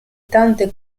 tante